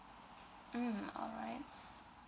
mm alright